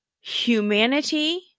humanity